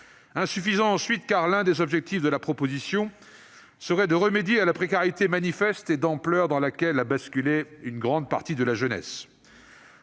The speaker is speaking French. insuffisante, ensuite, car l'un des objectifs de la proposition serait de remédier à la précarité manifeste et d'ampleur dans laquelle a basculé la jeunesse.